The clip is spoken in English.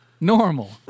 normal